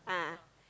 a'ah